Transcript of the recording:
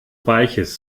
weiches